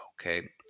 Okay